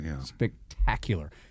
spectacular